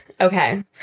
okay